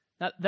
Now